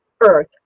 earth